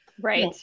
Right